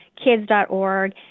kids.org